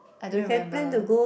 I don't remember